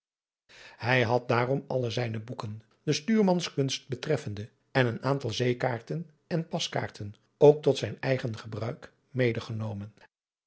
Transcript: hij had daarom alle zijne boeken de stuurmanskunst betreffende en een aantal zeekaarten en paskaarten ook tot zijn eigen gebruik medegenomen